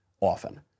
often